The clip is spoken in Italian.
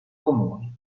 comuni